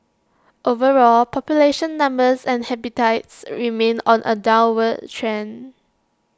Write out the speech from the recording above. overall population numbers and habitats remain on A downward trend